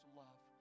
love